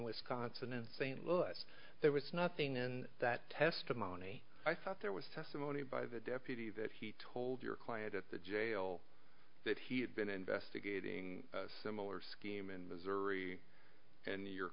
wisconsin in st louis there was nothing in that testimony i thought there was testimony by the deputy that he told your client at the jail that he had been investigating similar scheme in missouri and your